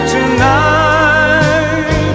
Tonight